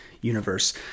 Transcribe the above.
universe